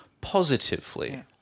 positively